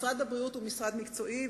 משרד הבריאות הוא משרד מקצועי,